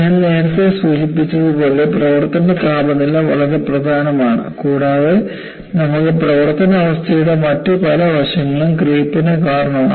ഞാൻ നേരത്തെ സൂചിപ്പിച്ചതുപോലെ പ്രവർത്തന താപനില വളരെ പ്രധാനമാണ് കൂടാതെ നമുക്ക് പ്രവർത്തന അവസ്ഥയുടെ മറ്റ് പല വശങ്ങളും ക്രീപ്പ്ന് കാരണമാവും